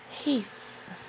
peace